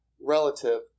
relative